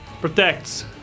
protects